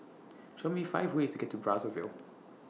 Show Me five ways to get to Brazzaville